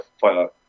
fighter